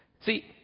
See